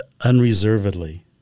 unreservedly